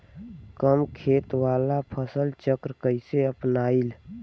कम खेत वाला फसल चक्र कइसे अपनाइल?